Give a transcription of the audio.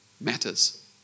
matters